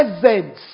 presence